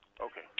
Okay